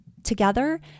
Together